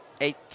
Eight